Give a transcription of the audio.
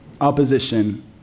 opposition